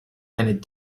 and